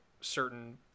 certain